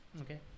Okay